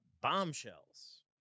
Bombshells